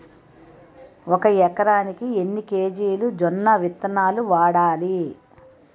ఒక ఎకరానికి ఎన్ని కేజీలు జొన్నవిత్తనాలు వాడాలి?